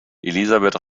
elisabeth